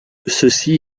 ceci